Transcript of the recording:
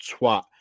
twat